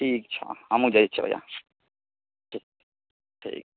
ठीक छऽ हमे जाइ छिअ यहाँसँ ठीक ठीक